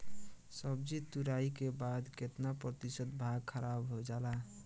सब्जी तुराई के बाद केतना प्रतिशत भाग खराब हो जाला?